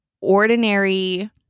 ordinary